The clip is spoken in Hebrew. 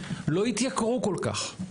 לא יתייקרו כל כך.